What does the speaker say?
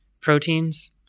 proteins